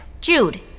Jude